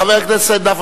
חבר הכנסת נפאע,